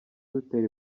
dutera